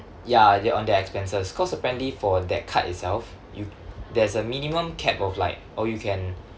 ya they're on their expenses cause apparently for that card itself you there's a minimum cap of like or you can